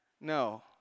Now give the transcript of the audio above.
No